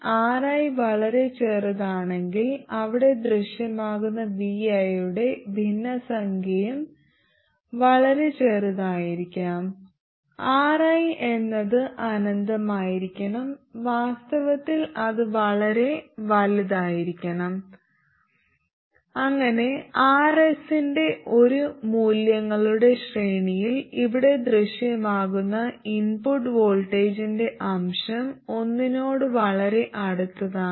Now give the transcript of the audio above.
Ri വളരെ ചെറുതാണെങ്കിൽ അവിടെ ദൃശ്യമാകുന്ന vi യുടെ ഭിന്നസംഖ്യയും വളരെ ചെറുതായിരിക്കാം Ri എന്നത് അനന്തമായിരിക്കണം വാസ്തവത്തിൽ അത് വളരെ വലുതായിരിക്കണം അങ്ങനെ Rsന്റെ ഒരു മൂല്യങ്ങളുടെ ശ്രേണിയിൽ ഇവിടെ ദൃശ്യമാകുന്ന ഇൻപുട്ട് വോൾട്ടേജിന്റെ അംശം ഒന്നിനോട് വളരെ അടുത്താണ്